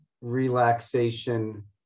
relaxation